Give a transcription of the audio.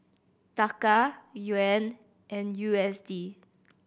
Taka Yuan and U S D